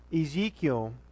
Ezekiel